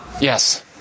Yes